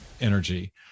energy